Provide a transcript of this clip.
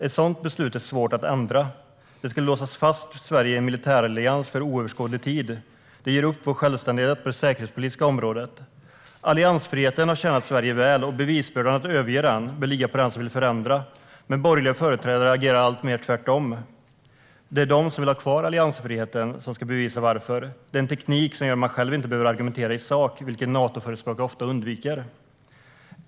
Ett sådant beslut är svårt att ändra, det skulle låsa fast Sverige i en militärallians för oöverskådlig tid. Det ger upp vår självständighet på det säkerhetspolitiska området. Alliansfriheten har tjänat Sverige väl, och bevisbördan att överge alliansfriheten bör ligga på den som vill ha en förändring. Men borgerliga företrädare agerar alltmer tvärtom, att det är de som vill ha kvar alliansfriheten som ska bevisa varför. Det är en teknik som gör att man själv inte behöver argumentera i sak, vilket Natoförespråkare ofta undviker.